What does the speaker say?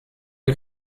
die